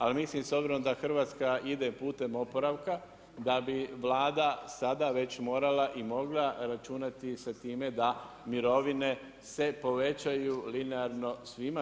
Ali mislim s obzirom da Hrvatska ide putem oporavka da bi Vlada sada već morala i mogla računati sa time da mirovine se povećaju linearno svima.